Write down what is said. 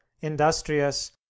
Industrious